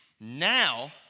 Now